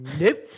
Nope